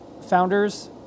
founders